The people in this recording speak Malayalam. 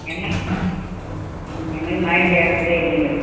ഞങ്ങൾ ഞങ്ങൾ മായം ചേർക്കുക ഇല്ലല്ലോ